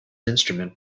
instrument